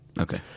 Okay